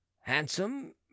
handsome